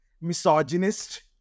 misogynist